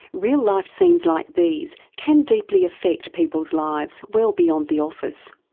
real life scenes like these can deeply affect people's lives well beyond the office.